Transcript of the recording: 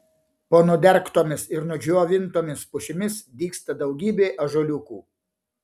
po nudergtomis ir nudžiovintomis pušimis dygsta daugybė ąžuoliukų